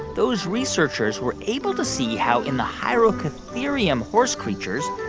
those researchers were able to see how in the hyracotherium horse creatures,